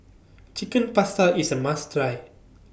Chicken Pasta IS A must Try